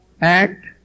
act